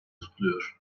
tutuluyor